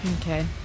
Okay